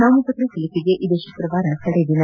ನಾಮಪತ್ರ ಸಲ್ಲಿಕೆಗೆ ಇದೇ ಶುಕ್ರವಾರ ಕಡೆಯ ದಿನ